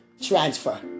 transfer